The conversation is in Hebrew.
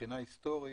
מבחינה היסטורית,